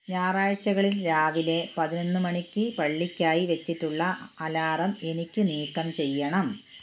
ഞായറാഴ്ചകളിൽ രാവിലെ പതിനൊന്ന് മണിക്ക് പള്ളിക്കായി വെച്ചിട്ടുള്ള അലാറം എനിക്ക് നീക്കം ചെയ്യണം